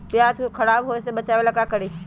प्याज को खराब होय से बचाव ला का करी?